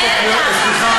את עושה שוק,